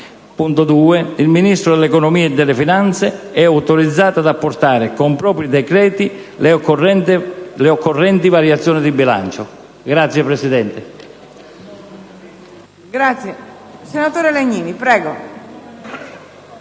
Il Ministro dell'economia e delle finanze è autorizzato ad apportare, con propri decreti, le occorrenti variazioni di bilancio.